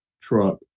truck